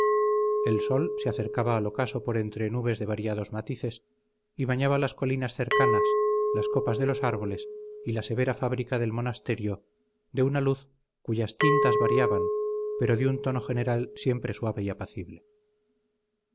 el sol se acercaba al ocaso por entre nubes de variados matices y bañaba las colinas cercanas las copas de los árboles y la severa fábrica del monasterio de una luz cuyas tintas variaban pero de un tono general siempre suave y apacible